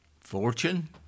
fortune